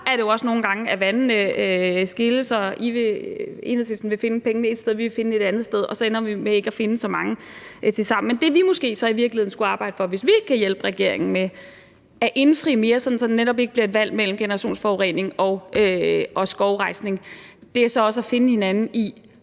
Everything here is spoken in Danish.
så er det jo også nogle gange, at vandene skilles, og at Enhedslisten vil finde pengene ét sted, og at vi vil finde dem et andet sted, og vi så ender med ikke at finde så mange tilsammen. Men det, vi måske i virkeligheden skulle arbejde for, hvis vi kan hjælpe regeringen med at indfri mere, sådan at det netop ikke bliver et valg mellem generationsforurening og skovrejsning, er så også at finde hinanden i,